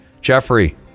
Jeffrey